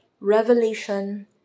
Revelation